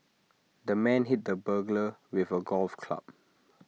the man hit the burglar with A golf club